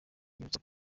yibutsa